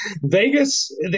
Vegas